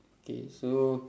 K so